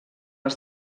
els